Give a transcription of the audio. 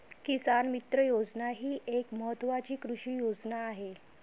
किसान मित्र योजना ही एक महत्वाची कृषी योजना आहे